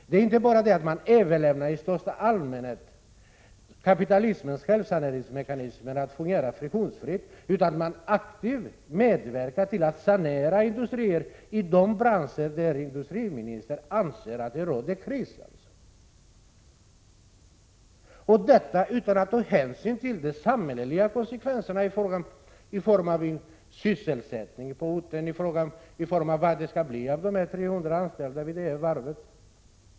Det är inte bara det att man i största allmänhet låter kapitalismens självsaneringsmekanismer fungera friktionsfritt, utan man medverkar också aktivt till en sanering av industrier i de branscher där industriministern anser att det råder kris — utan att ta hänsyn till de samhälleliga konsekvenserna, såsom sysselsättningen på orten och frågan om hur det skall bli med de 300 anställda vid varvet.